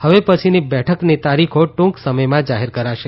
હવે પછીની બેઠકની તારીખો ટુંક સમયમાં જાહેર કરાશે